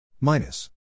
minus